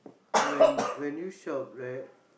when when you shop right